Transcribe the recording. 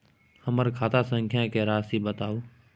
हमर खाता संख्या के राशि बताउ